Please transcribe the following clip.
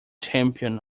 champion